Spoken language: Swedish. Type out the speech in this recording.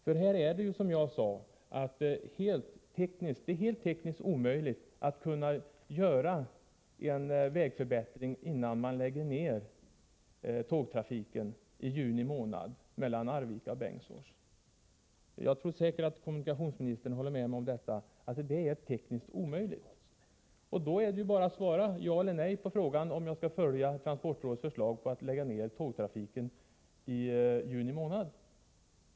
Det är nämligen tekniskt omöjligt att göra någon vägförbättring innan tågtrafiken mellan Arvika och Bengtsfors läggs ner i juni månad. Jag tror säkert att kommunikationsministern håller med mig om att detta är tekniskt omöjligt. Då är det ju bara att svara ja eller nej på frågan om man skall följa transportrådets förslag om att lägga ner tågtrafiken i juni.